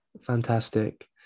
Fantastic